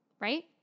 right